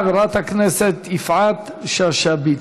חברת הכנסת יפעת שאשא ביטון.